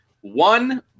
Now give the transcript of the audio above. One